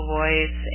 voice